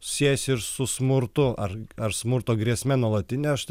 siejasi ir su smurtu ar ar smurto grėsme nuolatine aš